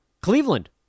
Cleveland